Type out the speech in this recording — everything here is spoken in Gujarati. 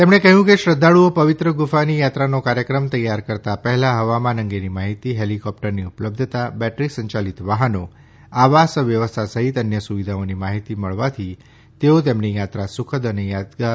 તેમણે કહ્યું કે શ્રદ્ધાળુઓ પવિત્ર ગુફાની યાત્રાનો કાર્યક્રમ તૈયાર કરતા પહેલા હવામાન અંગેની માહિતી હેલીકોપ્ટરની ઉપલબ્ધતા બેટરી સંચાલિત વાહનો આવાસ વ્યવસ્થા સહિત અન્ય સુવિધાઓની માહિતી મળવાથી તેઓ તેમની યાત્રા સુખદ અને યાદગાર બનાવી શકશે